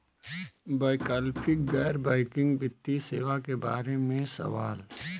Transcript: वैकल्पिक गैर बैकिंग वित्तीय सेवा के बार में सवाल?